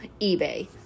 eBay